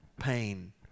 pain